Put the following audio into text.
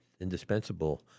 indispensable